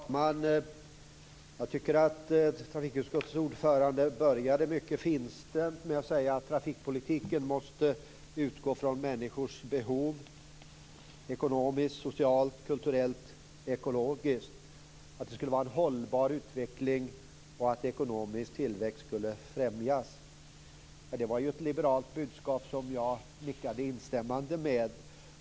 Herr talman! Jag tycker att trafikutskottets ordförande började mycket finstämt med att säga att trafikpolitiken måste utgå från människors behov - ekonomiskt, socialt, kulturellt, ekologiskt. Det skulle vara en hållbar utveckling, och ekonomisk tillväxt skulle främjas. Det var ju ett liberalt budskap som jag nickade instämmande till.